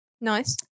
Nice